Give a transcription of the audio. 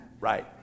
right